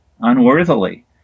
unworthily